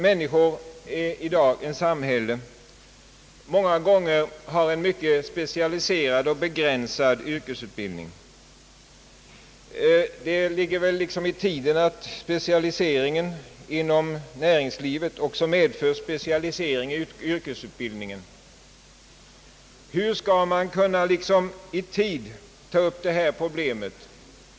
Människorna i dagens samhälle har många gånger en mycket specialiserad och begränsad yrkesutbildning. Det ligger väl liksom i tiden att specialiseringen inom näringslivet också medför en specialisering i yrkesutbildningen. Hur skall man i tid kunna ta upp detta problem?